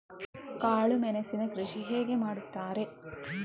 ಕಾಳು ಮೆಣಸಿನ ಕೃಷಿ ಹೇಗೆ ಮಾಡುತ್ತಾರೆ?